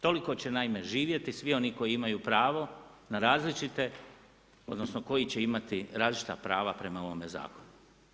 Toliko će naime živjeti svi oni koji imaju pravo na različite odnosno koji će imati različita prava prema ovome zakonu.